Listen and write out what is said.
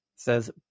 says